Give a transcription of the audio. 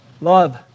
Love